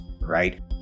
right